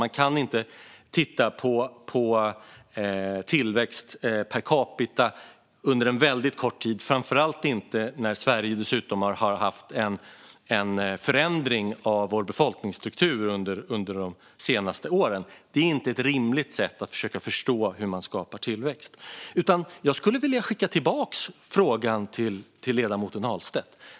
Man kan inte titta på tillväxt per capita under en väldigt kort tid, framför allt inte när Sverige dessutom har haft en förändring av befolkningsstrukturen under de senaste åren. Det är inte ett rimligt sätt att försöka förstå hur man skapar tillväxt. Jag skulle vilja skicka tillbaka frågan till ledamoten Ahlstedt.